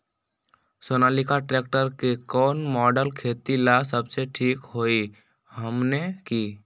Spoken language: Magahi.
सोनालिका ट्रेक्टर के कौन मॉडल खेती ला सबसे ठीक होई हमने की?